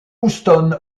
houston